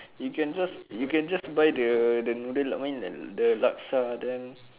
you can just you can just buy the the noodle I mean the the laksa then